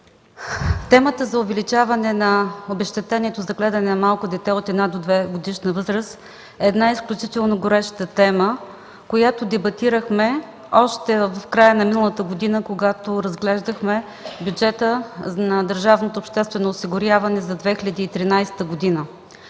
Темата за увеличаване на обезщетението за гледане на малко дете от една- до двегодишна възраст е изключително гореща тема, която дебатирахме още в края на миналата година, когато разглеждахме бюджета на държавното обществено осигуряване за 2013 г.